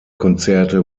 konzerte